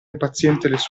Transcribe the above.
impazientemente